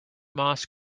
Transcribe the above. moss